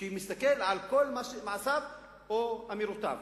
שמסתכל על כל מעשיו או אמירותיו.